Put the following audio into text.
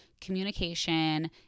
communication